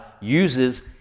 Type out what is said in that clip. uses